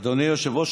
אדוני היושב-ראש,